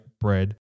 bread